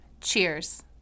Cheers